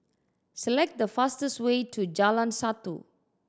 select the fastest way to Jalan Satu